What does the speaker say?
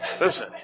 Listen